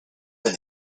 been